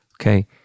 Okay